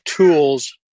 Tools